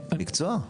מקצוע.